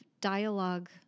dialogue